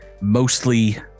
mostly